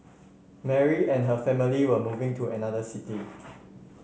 Mary and her family were moving to another city